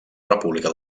república